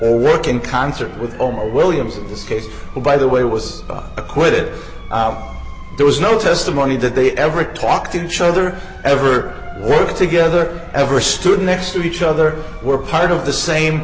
or work in concert with omar williams this case who by the way was acquitted there was no testimony that they ever talk to each other ever worked together ever stood next to each other were part of the same